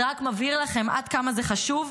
זה רק מבהיר לכם עד כמה זה חשוב.